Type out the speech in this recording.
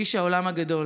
איש העולם הגדול.